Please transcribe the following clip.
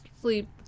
sleep